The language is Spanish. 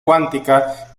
cuántica